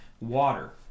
water